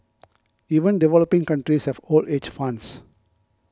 even developing countries have old age funds